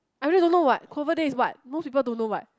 I really don't know what clover day is what most people don't know what